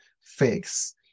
fix